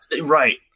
Right